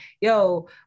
yo